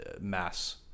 mass